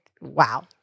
Wow